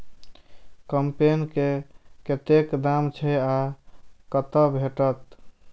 कम्पेन के कतेक दाम छै आ कतय भेटत?